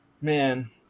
Man